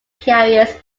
carriers